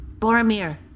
Boromir